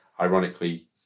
ironically